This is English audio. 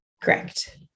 Correct